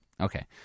Okay